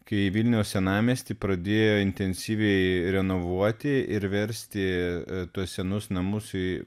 kai vilniaus senamiestį pradėjo intensyviai renovuoti ir versti tuos senus namus į